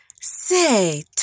Say